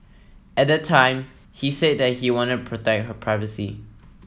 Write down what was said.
at the time he said that he wanted to protect her privacy